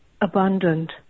abundant